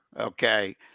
okay